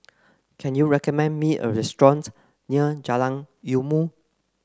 can you recommend me a restaurant near Jalan Ilmu